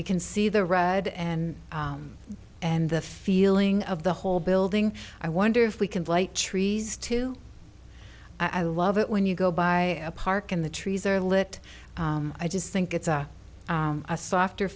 we can see the red and and the feeling of the whole building i wonder if we can light trees to i love it when you go by a park and the trees are lit i just think it's a softer